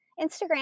Instagram